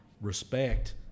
respect